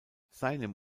seinem